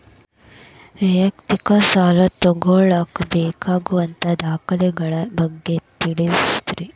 ವೈಯಕ್ತಿಕ ಸಾಲ ತಗೋಳಾಕ ಬೇಕಾಗುವಂಥ ದಾಖಲೆಗಳ ಬಗ್ಗೆ ತಿಳಸ್ರಿ